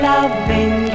Loving